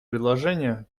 предложение